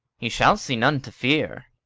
he shall see none to fear.